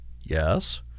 Yes